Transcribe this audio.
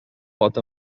pot